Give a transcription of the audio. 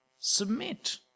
Submit